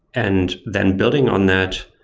and then building on that,